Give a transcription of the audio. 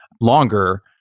longer